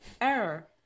Error